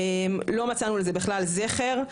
לא מצאנו לזה בכלל זכר,